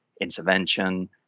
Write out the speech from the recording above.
intervention